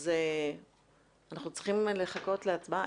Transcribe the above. אז אנחנו צריכים לחכות להצבעה,